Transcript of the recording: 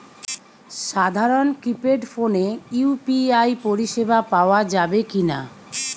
সাধারণ কিপেড ফোনে ইউ.পি.আই পরিসেবা পাওয়া যাবে কিনা?